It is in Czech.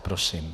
Prosím.